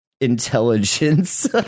intelligence